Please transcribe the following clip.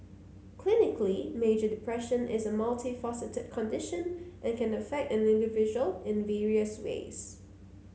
clinically major depression is a multifaceted condition and can affect an individual in various ways